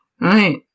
Right